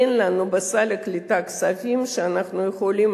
אין לנו בסל הקליטה כספים שאנחנו יכולים